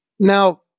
Now